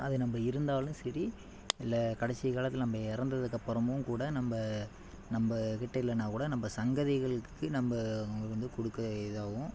அது நம்ம இருந்தாலும் சரி இல்லை கடைசி காலத்தில் நம்ம இறந்ததுக்கப்பறமும் கூட நம்ம நம்மக்கிட்ட இல்லைன்னா கூட நம்ம சந்கதிகளுக்கு நம்ம வந்து கொடுக்க இதாகவும்